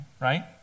right